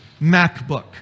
MacBook